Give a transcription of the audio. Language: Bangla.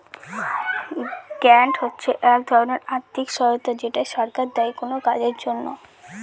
গ্রান্ট হচ্ছে এক ধরনের আর্থিক সহায়তা যেটা সরকার দেয় কোনো কাজের জন্য